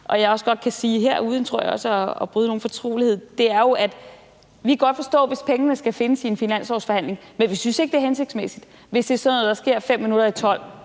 som jeg også godt kan sige her uden at bryde nogen fortrolighed, tror jeg, er jo, at vi godt kan forstå det, hvis pengene skal findes i en finanslovsforhandling, men vi synes ikke, det er hensigtsmæssigt, hvis det er sådan noget, der sker klokken fem minutter i tolv.